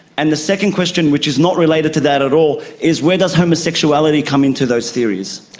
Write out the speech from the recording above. and the second question, which is not related to that at all, is where does homosexuality come into those theories?